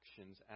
actions